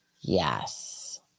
Yes